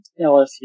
LSU